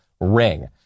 Ring